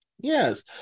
yes